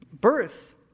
birth